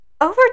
Over